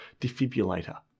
defibrillator